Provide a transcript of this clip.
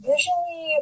Usually